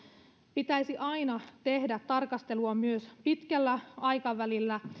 pitäisi aina tehdä tarkastelua myös pitkällä aikavälillä